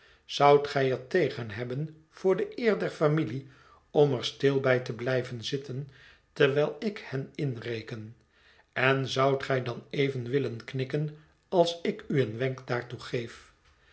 zoudt gij er tegen nebben voor de eer der familie om er stil bij te blijven zitten terwijl ik hen inreken en zoudt gij dan even willen knikken als ik u een wenk daartoe geef